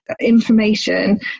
information